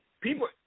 people